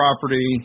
property